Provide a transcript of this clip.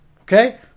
okay